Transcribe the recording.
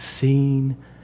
seen